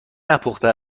نپخته